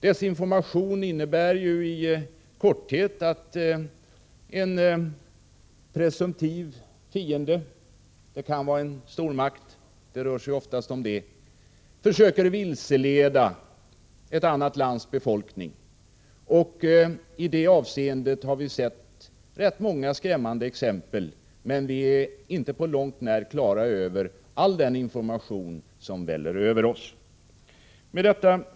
Desinformation innebär ju i korthet att en presumtiv fiende — det kan vara en stormakt, vilket det oftast är —- försöker vilseleda ett annat lands befolkning. Vi har sett många skrämmande exempel på detta, men vi är inte på långt när klara över all den desinformation som väller över oss. Fru talman!